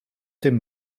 dem